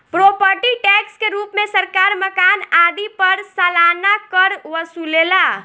property tax के रूप में सरकार मकान आदि पर सालाना कर वसुलेला